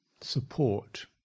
support